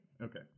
Okay